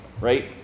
right